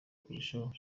kurushaho